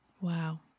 Wow